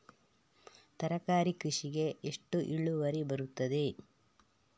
ತರಕಾರಿ ಕೃಷಿಗೆ ಎಷ್ಟು ಇಳುವರಿ ಬರುತ್ತದೆ?